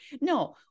No